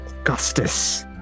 Augustus